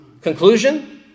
Conclusion